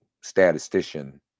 statistician